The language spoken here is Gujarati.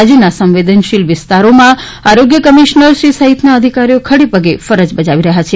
રાજયના સંવેદનશીલ વિસ્તારોમાં આરોગ્ય કમિશનરશ્રી સહિતના અધિકારીઓ ખડેપગે ફરજ બજાવી રહ્યા છે